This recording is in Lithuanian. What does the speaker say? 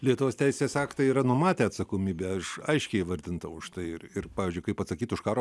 lietuvos teisės aktai yra numatę atsakomybę aš aiškiai įvardinta už tai ir ir pavyzdžiui kaip atsakyt už karo